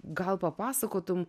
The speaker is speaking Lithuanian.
gal papasakotumei